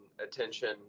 attention